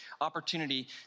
opportunity